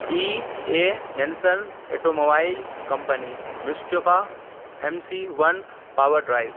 ای اے ننسل ایٹو موبائل کمپنی مسٹیو کا M C one power drive